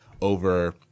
over